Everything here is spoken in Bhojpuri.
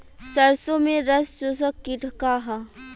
सरसो में रस चुसक किट का ह?